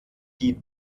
die